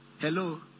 Hello